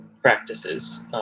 practices